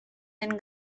den